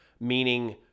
meaning